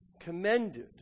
commended